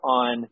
on